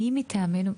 הרלוונטיים?